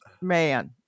man